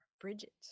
Bridget